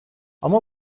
ama